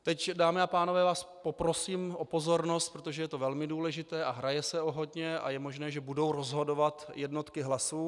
Teď vás, dámy a pánové, poprosím o pozornost, protože je to velmi důležité a hraje se o hodně a je možné, že budou rozhodovat jednotky hlasů.